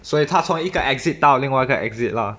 所以他从一个 exit 到另外一个 exit lah